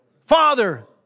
Father